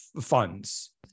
funds